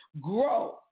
grow